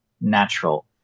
natural